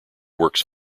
works